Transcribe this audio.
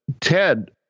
Ted